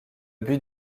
but